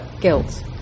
guilt